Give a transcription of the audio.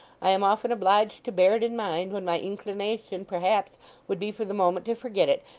i am often obliged to bear it in mind, when my inclination perhaps would be for the moment to forget it.